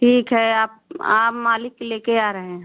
ठीक है आप मालिक के लेकर आ रहे हैं